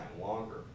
longer